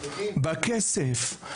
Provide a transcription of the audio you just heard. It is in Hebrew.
בכסף,